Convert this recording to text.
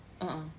a'ah